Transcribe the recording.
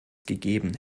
gegeben